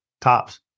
Tops